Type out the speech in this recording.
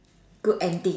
good ending